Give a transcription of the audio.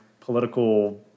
political